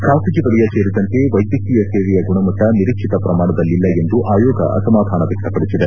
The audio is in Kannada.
ಖಾಸಗಿ ವಲಯ ಸೇರಿದಂತೆ ವೈದ್ಯಕೀಯ ಸೇವೆಯ ಗುಣಮಟ್ಟ ನಿರೀಕ್ಷಿತ ಪ್ರಮಾಣದಲ್ಲಿಲ್ಲ ಎಂದು ಆಯೋಗ ಅಸಮಾಧಾನ ವ್ಯಕ್ತಪಡಿಸಿದೆ